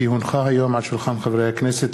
כי הונחה היום על שולחן הכנסת,